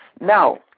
Now